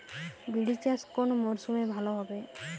বিরি চাষ কোন মরশুমে ভালো হবে?